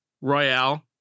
Royale